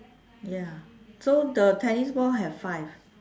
ya so the tennis ball have five